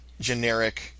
generic